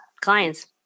clients